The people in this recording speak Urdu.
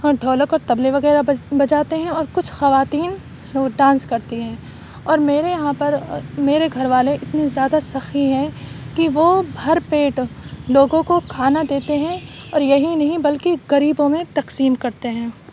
ڈھولک اور طبلے وغیرہ بج بجاتے ہیں اور کچھ خواتین ڈانس کرتی ہیں اور میرے یہاں پر میرے گھر والے اتنی زیادہ سخی ہیں کہ وہ بھر پیٹ لوگوں کو کھانا دیتے ہیں اور یہی نہیں بلکہ غریبوں میں تقسیم کرتے ہیں